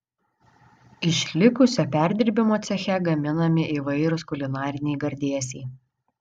iš likusio perdirbimo ceche gaminami įvairūs kulinariniai gardėsiai